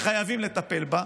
חייבים לטפל בה,